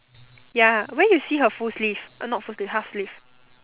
ya where you see her full sleeve not full sleeve half sleeve